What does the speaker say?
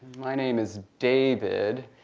my name is david.